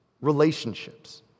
relationships